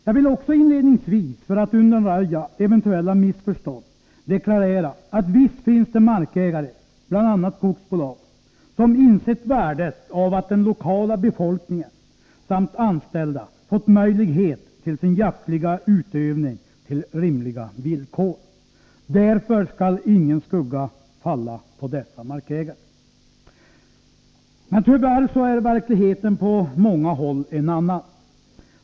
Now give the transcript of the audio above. Jag vill också inledningsvis, för att undanröja eventuella missförstånd, deklarera att visst finns det markägare, bl.a. skogsbolag, som insett värdet av att den lokala befolkningen samt anställda fått möjlighet att utöva jakt på rimliga villkor. Därför skall ingen skugga falla på dessa markägare. Tyvärr är verkligheten på många håll en annan.